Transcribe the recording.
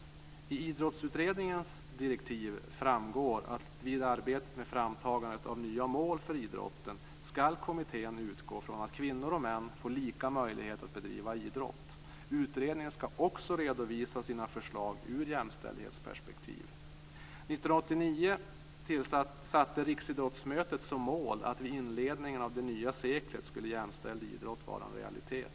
I direktiven till Idrottsutredningen framgår det att vid arbetet med framtagande av nya mål för idrotten skall kommittén utgå från att kvinnor och män får lika möjligheter att bedriva idrott. Utredningen skall också redovisa sina förslag ur jämställdhetsperspektiv. År 1989 satte Riksidrottsmötet som mål att vid inledningen av det nya seklet skulle jämställd idrott vara en realitet.